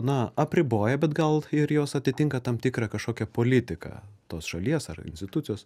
na apriboja bet gal ir jos atitinka tam tikrą kažkokią politiką tos šalies ar institucijos